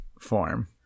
form